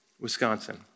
Wisconsin